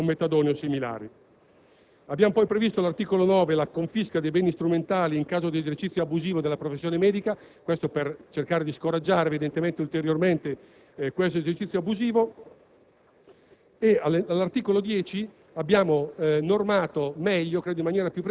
così come la terapia domiciliare di pazienti in terapia sostitutiva con metadone o similari. Abbiamo inoltre previsto all'articolo 9 la confisca dei beni strumentali in caso di esercizio abusivo della professione medica per cercare di scoraggiare ulteriormente tale pratica abusiva.